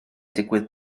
digwydd